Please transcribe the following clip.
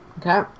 okay